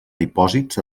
dipòsits